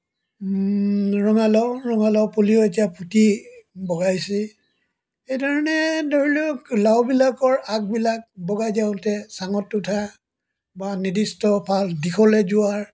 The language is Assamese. ৰঙালাও ৰঙালাও পুলিও এতিয়া ফুটি বগাইছেই এইধৰণে ধৰি লওক লাওবিলাকৰ আগবিলাক বগাই যাওঁতে চাঙত উঠা বা নিৰ্দিষ্ট ভাল দিশলৈ যোৱা